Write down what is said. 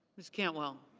ms. cantwell.